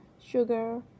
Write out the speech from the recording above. sugar